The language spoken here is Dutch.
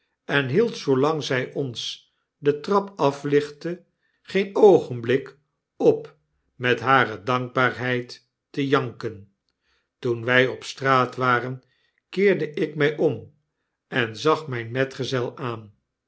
en hield zoolang zy ons de trap aflichtte geen oogenblik op met hare dankbaarheid te janken toen wy op straat waren keerde ik my om en zag myn metgezel aan